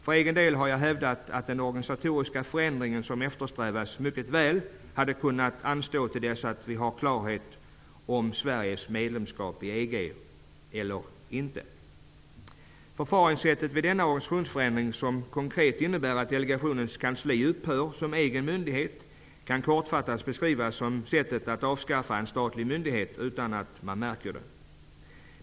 För egen del har jag hävdat att den organisatoriska förändring som eftersträvas mycket väl kunde ha fått anstå till dess att klarhet vunnits om Sverige blir medlem av EG eller inte. Förfaringssättet vid denna organisationsförändring, som konkret innebär att delegationens kansli upphör som egen myndighet, kan kortfattat beskrivas som ett sätt att avskaffa en statlig myndighet utan att man märker det.